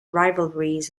rivalries